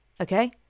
Okay